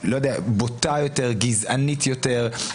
בוטה יותר, גזענית יותר.